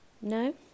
no